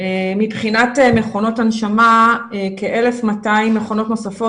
מבחינת מכונות הנשמה כ-1,200 מכונות נוספות